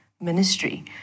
ministry